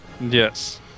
Yes